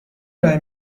ارائه